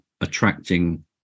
attracting